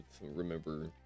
remember